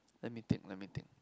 let me think let me think